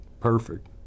Perfect